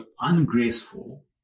ungraceful